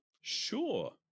Sure